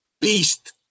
beast